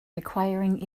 requiring